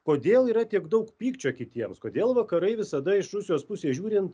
kodėl yra tiek daug pykčio kitiems kodėl vakarai visada iš rusijos pusės žiūrint